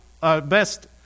best